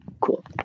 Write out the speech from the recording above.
Cool